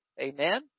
Amen